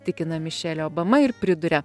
tikina mišelio obama ir priduria